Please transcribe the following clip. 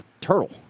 turtle